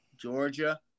Georgia